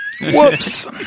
Whoops